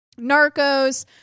Narcos